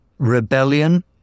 Rebellion